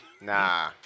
Nah